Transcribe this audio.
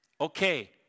okay